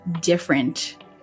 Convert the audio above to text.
different